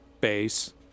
base